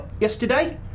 yesterday